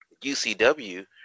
UCW